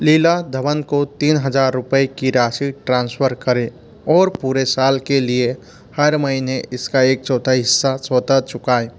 लीला धवन को तीन हज़ार रुपये की राशि ट्रांसफ़र करें और पूरे साल के लिए हर महीने इसका एक चौथाई हिस्सा स्वतः चुकाएँ